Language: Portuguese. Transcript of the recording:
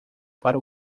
para